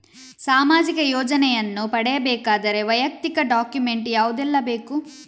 ಸಾಮಾಜಿಕ ಯೋಜನೆಯನ್ನು ಪಡೆಯಬೇಕಾದರೆ ವೈಯಕ್ತಿಕ ಡಾಕ್ಯುಮೆಂಟ್ ಯಾವುದೆಲ್ಲ ಬೇಕು?